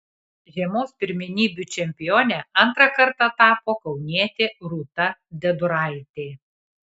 žiemos pirmenybių čempione antrą kartą tapo kaunietė rūta deduraitė